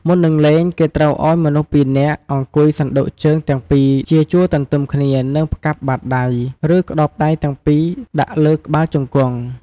មុននឹងលេង គេត្រូវឲ្យមនុស្ស២នាក់ អង្គុយសណ្តូកជើងទាំងពីរ ជាជួរទន្ទឹមគ្នា និងផ្កាប់បាតដៃ ឬ ក្តោបដៃទាំងពីរ ដាក់លើក្បាលជង្គង់។